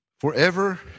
forever